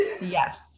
yes